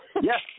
Yes